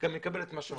גם יקבל את מה שמגיע לו.